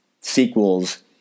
sequels